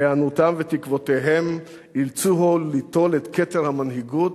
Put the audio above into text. והיענותם ותקוותיהם אילצוהו ליטול את כתר המנהיגות